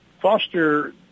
Foster